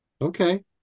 Okay